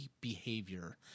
behavior